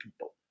people